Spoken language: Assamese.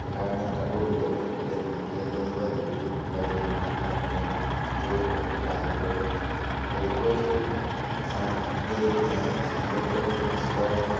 সেইকাৰণে তাতো ইলেকট্ৰনিক লা ইলেকট্ৰনিক বা বিদ্য়ুত লাগে বিদ্য়ুত নহ'লে তেতিয়াও অসুবিধা হৈ পৰে তদুপৰি এই ইলেকট্ৰনিক সংস্কৰণ